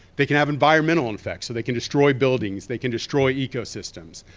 they can have environmental effects, so they can destroy buildings, they can destroy ecosystems.